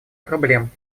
проблем